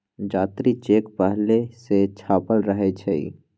जात्री चेक पहिले से छापल रहै छइ